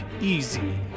easy